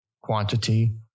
quantity